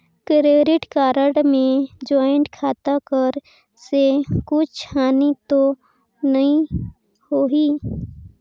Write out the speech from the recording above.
Credit card मे joint खाता कर से कुछ हानि तो नइ होही?